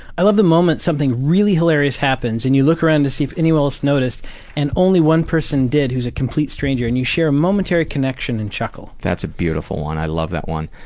i love the moment something really hilarious happens and you look around to see if anyone else noticed and only one person did who's a complete stranger and you share a momentary connection and chuckle. that's a beautiful one. i love that one.